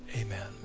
Amen